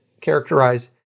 characterize